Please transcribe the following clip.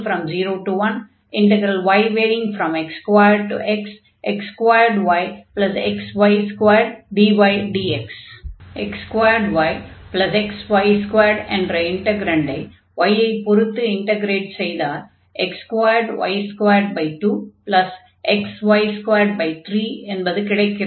x01yx2xx2yxy2 dydx x2yxy2 என்ற இன்டக்ரன்டை y ஐ பொருத்து இன்டக்ரேட் செய்தால் x2y22xy33 என்பது கிடைக்கிறது